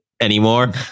anymore